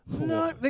No